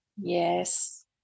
Yes